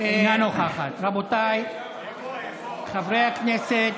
נוכחת רבותיי חברי הכנסת,